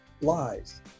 lies